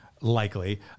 likely